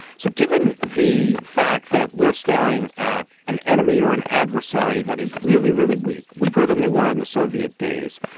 so given the fact that we're staring at an enemy or an adversary that is really really weak weaker than they were in the soviet days.